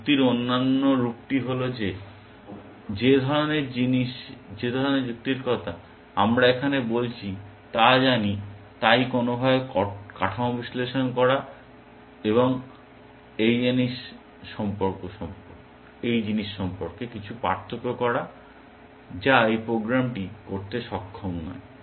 যুক্তির অন্য রূপটি হল যে ধরনের যুক্তির কথা আমরা এখানে বলছি তা জানি তাই কোনোভাবে কাঠামো বিশ্লেষণ করা বা এই জিনিস সম্পর্কে কিছু পার্থক্য করা যা এই প্রোগ্রামটি করতে সক্ষম নয়